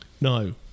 No